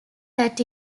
that